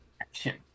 Action